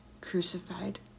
crucified